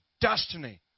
destiny